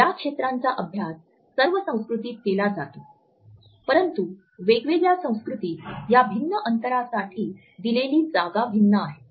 या क्षेत्रांचा अभ्यास सर्व संस्कृतीत केला जातो परंतु वेगवेगळ्या संस्कृतीत या भिन्न अंतरासाठी दिलेली जागा भिन्न आहे